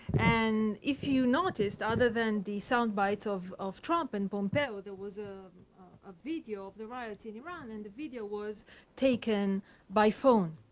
and if you noticed other than the soundbytes of of trump and pompeo, there was a ah video of the riots in iran, and the video was taken by phone.